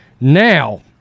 Now